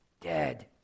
dead